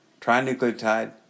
trinucleotide